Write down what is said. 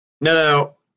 No